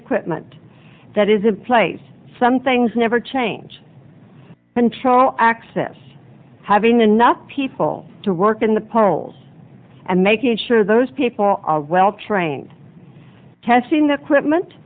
equipment that is in place some things never change and show access having enough people to work in the polls and making sure those people are well trained catching the equipment